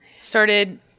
started